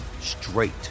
straight